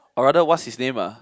or rather what's his name ah